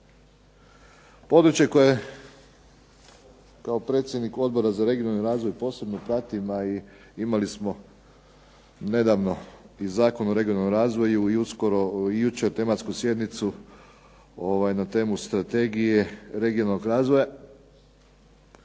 Područje koje je kao predsjednik Odbora za regionalni razvoj posebno pratim, a imali smo nedavno i Zakon o regionalnom razvoju i uskoro i jučer tematsku sjednicu na temu strategije regionalnog razvoja,